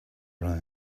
rome